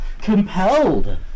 Compelled